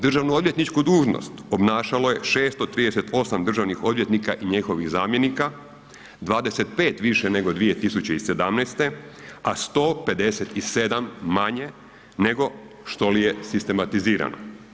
Državno-odvjetničku dužnost obnašalo je 368 državnih odvjetnika i njihovih zamjenika, 25 više nego 2017., a 157 manje nego što li je sistematizirano.